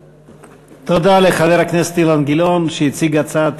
תודה לחבר הכנסת אילן גילאון שהציג הצעת